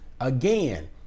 Again